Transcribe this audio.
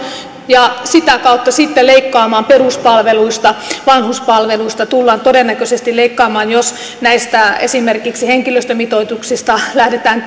ja sitä kautta sitten leikkaamaan peruspalveluista vanhuspalveluista tullaan todennäköisesti leikkaamaan jos esimerkiksi henkilöstömitoituksista lähdetään